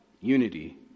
unity